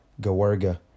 Gawarga